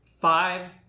five